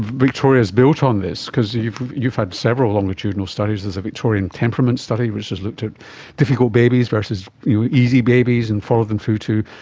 victoria is built on this because you've you've had several longitudinal studies, there's a victorian temperament study which has looked at difficult babies versus easy babies and followed them through to